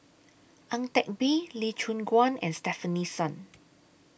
Ang Teck Bee Lee Choon Guan and Stefanie Sun